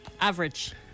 average